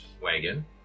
wagon